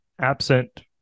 absent